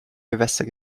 gewässer